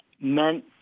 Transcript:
meant